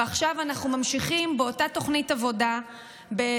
ועכשיו אנחנו ממשיכים באותה תוכנית עבודה בתהליכי